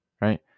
right